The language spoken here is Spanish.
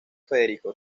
federico